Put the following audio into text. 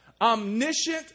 Omniscient